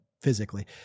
physically